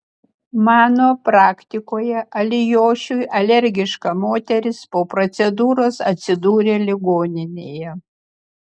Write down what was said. mano praktikoje alijošiui alergiška moteris po procedūros atsidūrė ligoninėje